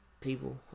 people